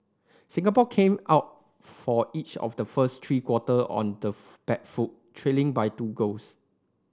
Singapore came out for each of the first three quarter on the back foot trailing by two goals